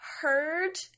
heard